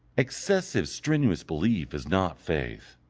excessive strenuous belief is not faith.